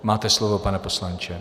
Máte slovo, pane poslanče.